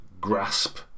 grasp